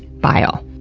bile.